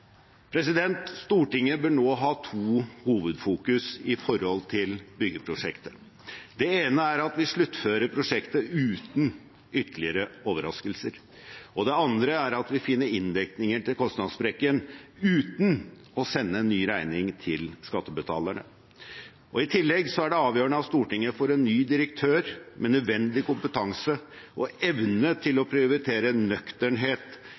Stortinget bør nå ha to hovedfokus i byggeprosjektet. Det ene er at vi sluttfører prosjektet uten ytterligere overraskelser. Det andre er at vi finner inndekningen til kostnadssprekken uten å sende en ny regning til skattebetalerne. I tillegg er det avgjørende at Stortinget får en ny direktør med nødvendig kompetanse og evne til å prioritere nøkternhet,